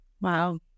wow